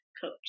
coach